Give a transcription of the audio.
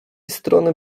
strony